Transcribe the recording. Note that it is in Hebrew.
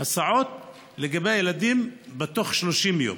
הסעות לגני הילדים בתוך 30 יום.